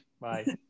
bye